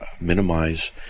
minimize